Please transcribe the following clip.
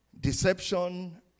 Deception